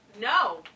No